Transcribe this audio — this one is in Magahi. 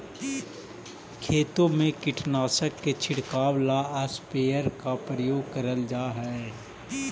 खेतों में कीटनाशक के छिड़काव ला स्प्रेयर का उपयोग करल जा हई